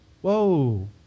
whoa